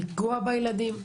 לנגוע בילדים,